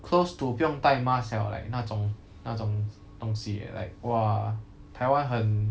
close to 不用帶 mask 了 leh like 那种那种东西 eh like !wah! 台湾很